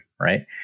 right